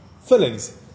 fillings